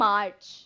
March